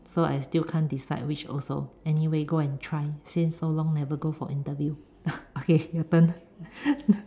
so I still can't decide which also anyway go and try since so long never go for interview okay your turn